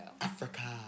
Africa